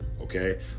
okay